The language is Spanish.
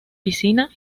piscina